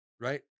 right